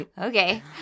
Okay